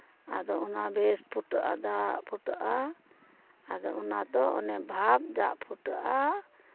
ᱟᱫᱚ ᱚᱱᱟ ᱵᱮᱥ ᱦᱮᱰᱮᱡᱚᱜᱼᱟ ᱫᱟᱜ ᱫᱟᱜ ᱦᱮᱰᱮᱡᱚᱜᱼᱟ ᱟᱫᱚ ᱚᱱᱟ ᱫᱚ ᱚᱱᱮ ᱵᱷᱟᱵᱽ ᱫᱟᱜ ᱦᱮᱰᱮᱡᱚᱜᱼᱟ